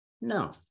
no